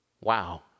Wow